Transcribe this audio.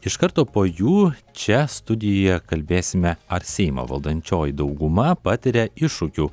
iš karto po jų čia studijoje kalbėsime ar seimo valdančioji dauguma patiria iššūkių